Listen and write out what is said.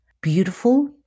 beautiful